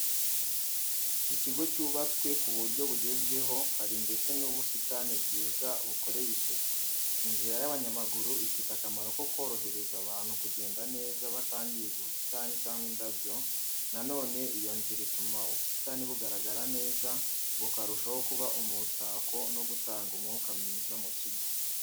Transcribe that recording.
Ikigo cyubatswe ku buryo bugezweho, hari ndetse n'ubusitani bwiza bukoreye isuku. Inzira y’abanyamaguru ifite akamaro ko korohereza abantu kugenda neza batangiza ubusitani cyangwa indabyo. Nanone iyo nzira ituma ubusitani bugaragara neza bukarushaho kuba umutako no gutanga umwuka mwiza mu kigo.